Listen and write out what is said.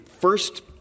First